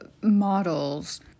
models